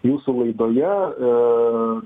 jūsų laidoje aaa